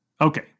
Okay